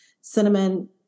cinnamon